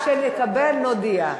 כשנקבל, נודיע.